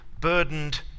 burdened